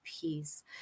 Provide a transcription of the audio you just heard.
peace